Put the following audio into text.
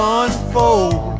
unfold